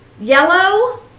yellow